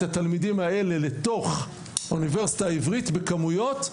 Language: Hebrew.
התלמידים האלה לתוך האוניברסיטה העברית בכמויות,